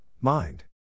mind